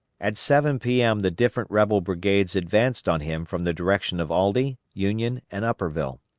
at seven p m. the different rebel brigades advanced on him from the direction of aldie, union, and upperville.